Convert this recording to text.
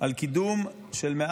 על קידום של יותר